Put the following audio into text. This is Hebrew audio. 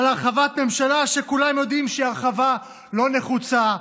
על הרחבת ממשלה שכולם יודעים שהיא הרחבה לא נחוצה,